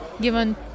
given